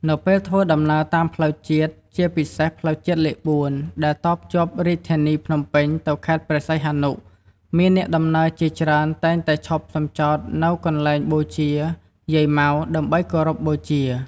នៅពេលធ្វើដំណើរតាមផ្លូវជាតិជាពិសេស ផ្លូវជាតិលេខ ៤ ដែលតភ្ជាប់រាជធានីភ្នំពេញទៅខេត្តព្រះសីហនុ មានអ្នកដំណើរជាច្រើនតែងតែឈប់សំចតនៅកន្លែងបូជា យាយម៉ៅ ដើម្បីគោរពបូជា។